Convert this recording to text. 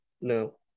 No